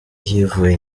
yivuye